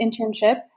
internship